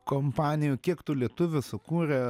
kompanijų kiek tų lietuvių sukūrė